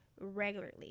regularly